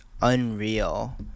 unreal